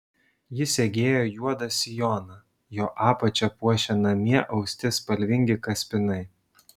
ji segėjo juodą sijoną jo apačią puošė namie austi spalvingi kaspinai